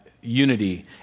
Unity